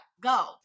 go